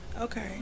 Okay